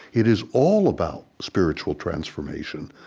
it is all about spiritual transformation,